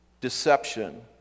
deception